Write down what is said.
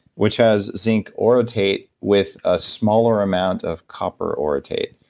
which has zinc orotate with a smaller amount of copper orotate.